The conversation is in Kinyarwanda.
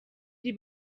iri